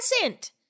present